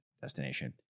destination